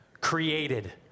Created